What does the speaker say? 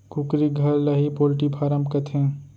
कुकरी घर ल ही पोल्टी फारम कथें